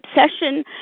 obsession